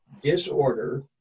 disorder